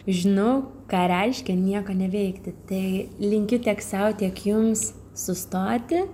žinau ką reiškia nieko neveikti tai linkiu tiek sau tiek jums sustoti